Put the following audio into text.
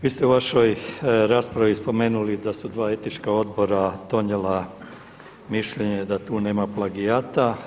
Vi ste u vašoj raspravi spomenuli da su dva etička odbora donijela mišljenje da tu nema plagijata.